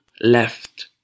left